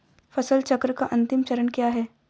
फसल चक्र का अंतिम चरण क्या है?